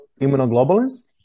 immunoglobulins